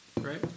right